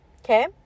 okay